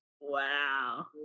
wow